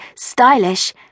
stylish